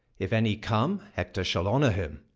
if any come, hector shall honour him